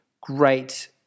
great